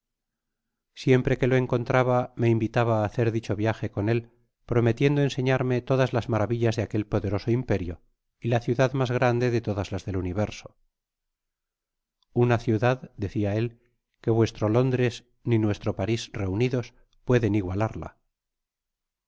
siempre que lo encontraba me invitaba á hacer dicho viaje con él prometiendo enseñarme todas las maravillas de aquel poderoso imperio y la ciudad mas grande de todas las del universo una ciudad decia él que vuestro lóndres ni vuestro paris reunidos pueden igualarla